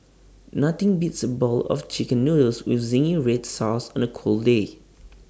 nothing beats A bowl of Chicken Noodles with Zingy Red Sauce on A cold day